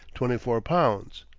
twenty-four pounds.